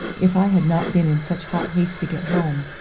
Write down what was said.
if i had not been in such hot haste to get home,